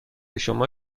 شما